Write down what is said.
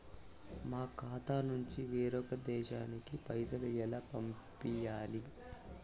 మా ఖాతా నుంచి వేరొక దేశానికి పైసలు ఎలా పంపియ్యాలి?